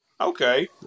okay